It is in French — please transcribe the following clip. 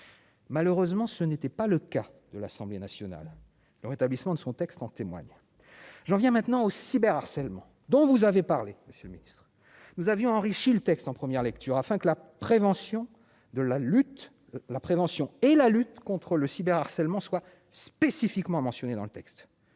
Malheureusement, ce n'était pas le cas de l'Assemblée nationale le rétablissement de son texte en témoigne j'en viens maintenant au cyber harcèlement dont vous avez parlé, Monsieur le Ministre, nous avons enrichi le texte en première lecture, afin que la prévention de la lutte, la prévention et la lutte contre le SIDA, harcèlement soit spécifiquement mentionné dans le texte